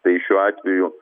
tai šiuo atveju